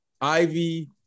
Ivy